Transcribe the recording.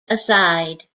aside